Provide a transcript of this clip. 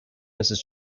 mrs